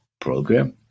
Program